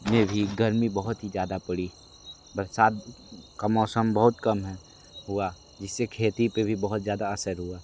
में भी गर्मी बहुत ही ज़्यादा पड़ी बरसात का मौसम बहुत कम है हुआ जिस से खेती पर भी बहुत ज़्यादा असर हुआ